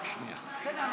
הצעת חוק העונשין,